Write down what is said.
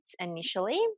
initially